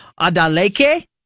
Adaleke